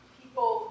people